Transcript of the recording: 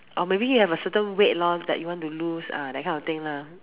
or maybe you have a certain weight loss that you want to lose ah that kind of thing lah mm